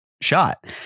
shot